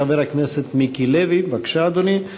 חבר הכנסת מיקי לוי, בבקשה, אדוני.